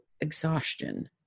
exhaustion